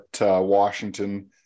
Washington